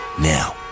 now